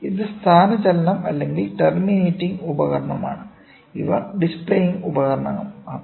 ഇത് സ്ഥാനചലനം അല്ലെങ്കിൽ ടെർമിനേറ്റിംഗ് ഉപകരണമാണ് ഇവ ഡിസ്പ്ലേയിങ് ഉപകരണങ്ങളാണ്